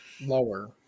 Lower